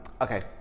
okay